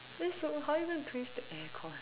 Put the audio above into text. that's so how you gonna twist the air con